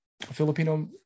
Filipino